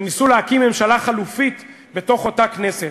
וניסו להקים ממשלה חלופית בתוך אותה כנסת.